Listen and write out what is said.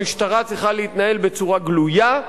המשטרה צריכה להתנהל בצורה גלויה.